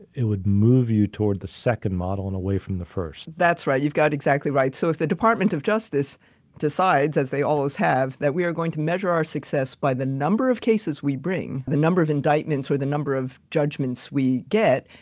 it would move you toward the second model and away from the first. that's right, you've got exactly right. so, if the department of justice decides, as they always have, that we are going to measure our success by the number of cases we bring, the number of indictments or the number of judgments we get,